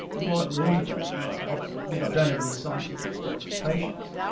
the more i learnt about it, and i have to admit i don't have any scientific qualifications.